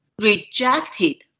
rejected